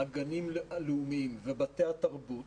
הגנים הלאומיים ובתי התרבות